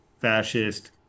fascist